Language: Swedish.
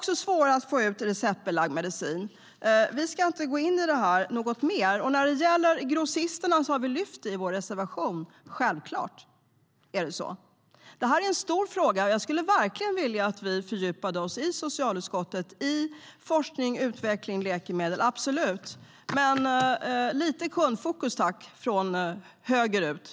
Det är svårare att få ut receptbelagd medicin. Vi ska inte gå in på det något mer. När det gäller grossisterna har vi lyft den frågan i vår reservation - självklart. Detta är en stor fråga. Jag skulle verkligen vilja att vi i socialutskottet fördjupade oss i forskning och utveckling om läkemedel - absolut. Men lite kundfokus från höger, tack!